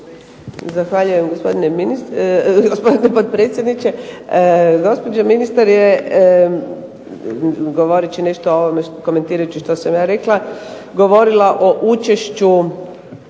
Zahvaljujem gospodine potpredsjedniče. Gospođa ministar je govoreći nešto